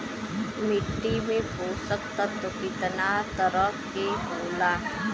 मिट्टी में पोषक तत्व कितना तरह के होला?